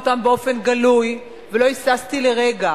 אותם באופן גלוי ולא היססתי לרגע,